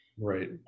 Right